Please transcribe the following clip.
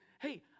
hey